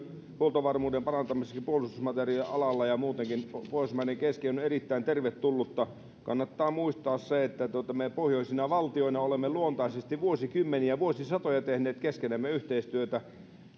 huoltovarmuuden parantamiseksi puolustusmateriaalien alalla ja ja muutenkin pohjoismaiden kesken on erittäin tervetullutta kannattaa muistaa se että me pohjoisina valtioina olemme luontaisesti vuosikymmeniä vuosisatoja tehneet keskenämme yhteistyötä